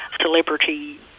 celebrity